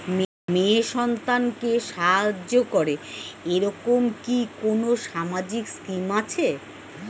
মেয়ে সন্তানকে সাহায্য করে এরকম কি কোনো সামাজিক স্কিম আছে?